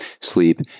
sleep